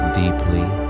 deeply